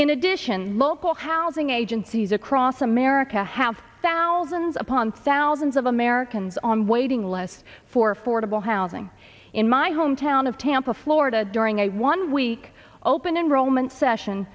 in addition local housing agencies across america have thousands upon thousands of americans on waiting lists for fordable housing in my home town of tampa florida during a one week open enrollment session